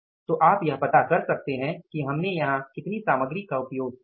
तो आप यह पता कर सकते हैं कि हमने यहाँ कितनी सामग्री का उपयोग किया है